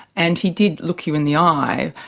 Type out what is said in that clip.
and he did look you in the eye.